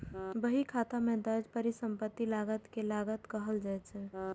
बहीखाता मे दर्ज परिसंपत्ति लागत कें लागत कहल जाइ छै